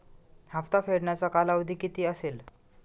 हप्ता फेडण्याचा कालावधी किती असेल?